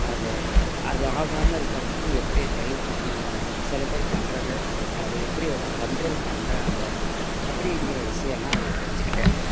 அதை அது ஆகாமல் இருக்கறதுக்கு எப்படி ட்ரைவ் பண்ணணும் சில பேர் பண்ணுறத அதை எப்படி வந்து கண்ட்ரோல் பண்ணுறாங்க அப்படிங்கிற விஷயம்லாம் அதில் தெரிஞ்சிக்கிட்டேன்